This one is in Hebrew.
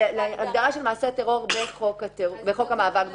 שזה מופנה להגדרה של מעשה טרור בחוק המאבק בטרור.